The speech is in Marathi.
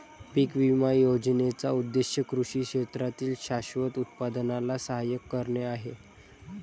पीक विमा योजनेचा उद्देश कृषी क्षेत्रातील शाश्वत उत्पादनाला सहाय्य करणे हा आहे